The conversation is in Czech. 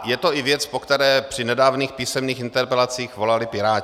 Je to i věc, po které při nedávných písemných interpelacích volali Piráti.